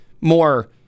more